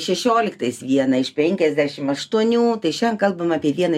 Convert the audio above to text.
šešioliktais vieną iš penkiasdešim aštuonių tai šian kalbam apie vieną